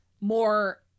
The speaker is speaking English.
more